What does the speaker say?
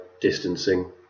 distancing